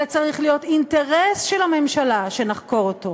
אלא צריך להיות אינטרס של הממשלה שנחקור אותו,